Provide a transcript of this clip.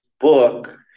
book